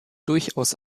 durchaus